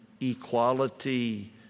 equality